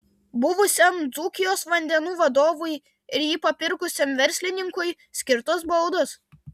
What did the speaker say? buvusiam dzūkijos vandenų vadovui ir jį papirkusiam verslininkui skirtos baudos